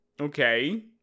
Okay